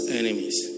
enemies